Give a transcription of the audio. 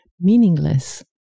meaningless